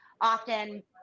often